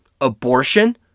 abortion